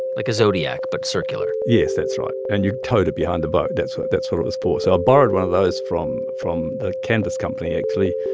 like a zodiac but circular yes, that's right. and you towed it behind the boat. that's what that's what it was for. so i borrowed one of those from from the canvas company actually,